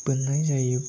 बोननाय जायो